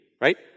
right